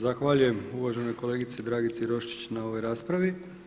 Zahvaljujem uvaženoj kolegici Dragici Roščić na ovoj raspravi.